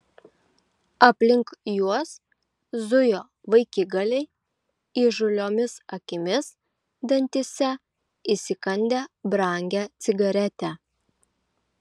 aplink juos zujo vaikigaliai įžūliomis akimis dantyse įsikandę brangią cigaretę